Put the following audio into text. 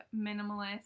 minimalist